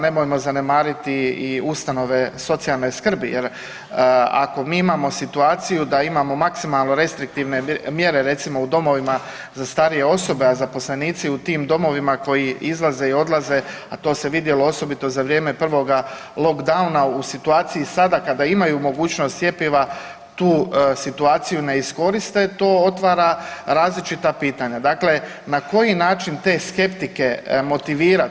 Nemojmo zanemariti i ustanove socijalne skrbi jer ako mi imamo situaciju da imamo maksimalno restriktivne mjere recimo u domovima za starije osobe, a zaposlenici u tim domovima koji izlaze i dolaze, a to se vidjelo osobiti za vrijeme prvoga lockdowna u situaciji sada kada imaju mogućnost cjepiva tu situaciju ne iskoriste to otvara različita pitanja, na koji način te skeptike motivirat.